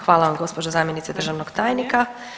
Hvala vam gospođo zamjenice državnog tajnika.